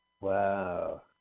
Wow